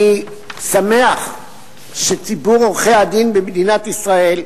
אני שמח שציבור עורכי-הדין במדינת ישראל,